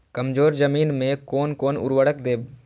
कमजोर जमीन में कोन कोन उर्वरक देब?